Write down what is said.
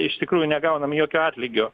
iš tikrųjų negaunam jokio atlygio